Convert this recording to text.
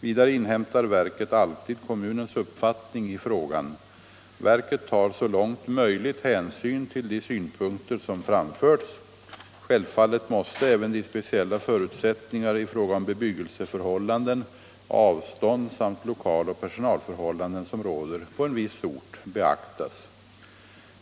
Vidare inhämtar verket alltid kommunens uppfattning i frågan: Verket tar så långt möjligt hänsyn till de synpunkter som framförts. Självfallet måste även de speciella förutsättningar i fråga om bebyggelseförhållanden, avstånd samt lokal och personalförhållanden som råder på en viss ort beaktas.